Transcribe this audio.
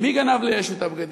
אז מי גנב לישו את הבגדים?